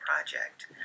project